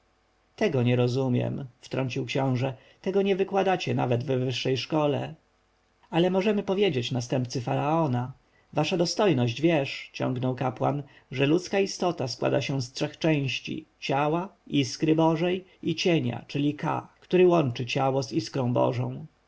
tego nie rozumiem wtrącił książę tego nie wykładacie nawet w wyższej szkole ale możemy powiedzieć następcy faraona wasza dostojność wiesz ciągnął kapłan że ludzka istota składa się z trzech części ciała iskry bożej i cienia czyli ka który łączy ciało z iskrą bożą